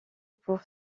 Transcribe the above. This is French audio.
pour